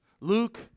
Luke